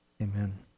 Amen